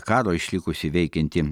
karo išlikusi veikianti